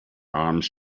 arms